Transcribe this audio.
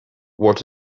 what